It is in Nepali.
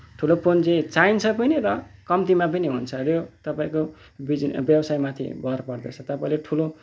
ठुलो पुँजी चाहिन्छ पनि र कम्तीमा पनि हुन्छ र यो तपाईँको बिजनेस व्यावसायमाथि भर पर्दछ तपाईँले ठुलो